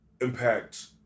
impact